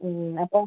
അപ്പോൾ